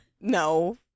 no